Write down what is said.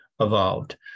evolved